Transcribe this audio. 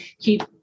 keep